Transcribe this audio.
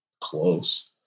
Close